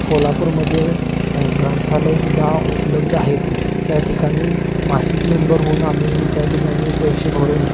कोल्हापूरमध्ये ग्रंथालयसुद्धा उपलब्ध आहेत त्या ठिकाणी मासिक मेंबर होऊन आम्ही त्या ठिकाणी पैसे भरून